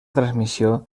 transmissió